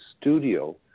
studio